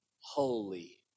holy